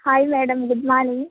hi madam good morning